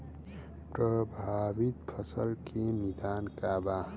प्रभावित फसल के निदान का बा?